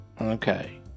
Okay